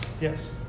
Yes